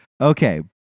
Okay